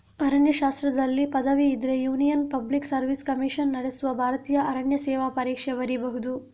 ಅರಣ್ಯಶಾಸ್ತ್ರದಲ್ಲಿ ಪದವಿ ಇದ್ರೆ Union Public Service Commission ನಡೆಸುವ ಭಾರತೀಯ ಅರಣ್ಯ ಸೇವೆ ಪರೀಕ್ಷೆ ಬರೀಬಹುದು